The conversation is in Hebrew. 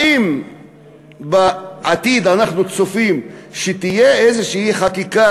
האם אנחנו צופים שתהיה בעתיד איזושהי חקיקה